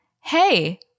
Hey